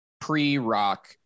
pre-rock